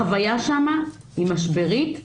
החוויה שם היא משברית,